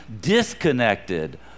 disconnected